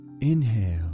Inhale